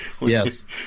Yes